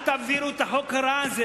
מינהלי לא תעכב את הגבייה של הכסף הזה.